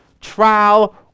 trial